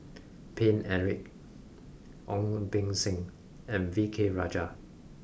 Paine Eric Ong Beng Seng and V K Rajah